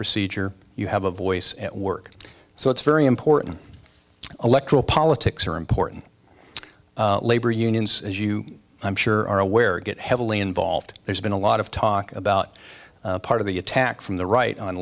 procedure you have a voice at work so it's very important electoral politics are important labor unions as you i'm sure are aware get heavily involved there's been a lot of talk about part of the attack from the right on